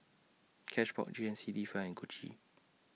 Cashbox G N C D Fine and Gucci